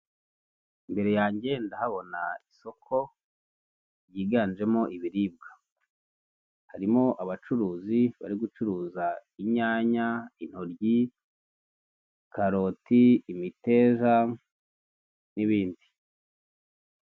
Imbere yanjye ndahabona isoko ryiganjemo ibiribwa, harimo abacuruzi bari gucuruza inyanya, intoryi, karoti, imiteja n'ibindi.